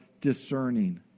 discerning